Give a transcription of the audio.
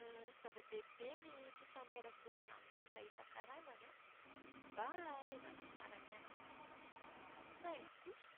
Zava-dehibe ny fifaneraserana amin'olona isan-karazany an mba hahaizana miara-miaina amin'izy ireo. Saingy kosa